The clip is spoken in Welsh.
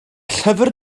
llyfr